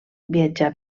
viatjà